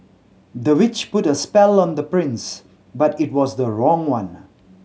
the witch put a spell on the prince but it was the wrong one